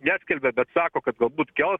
neskelbia bet sako kad galbūt kels